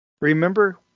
Remember